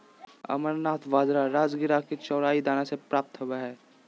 amaranth बाजरा राजगिरा के चौलाई दाना से प्राप्त होबा हइ